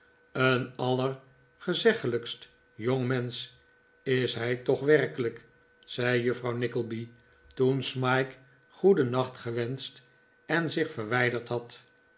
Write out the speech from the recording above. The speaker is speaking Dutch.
een allergezeggelijkst jongmensch is hij toch werkelijk zei juffrouw nickleby toen smike goedennacht gewenscht en zich verwijderd had